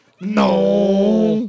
No